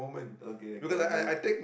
okay okay I get it